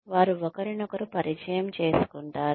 వారు ఒకరినొకరు పరిచయం చేసుకుంటారు